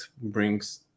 brings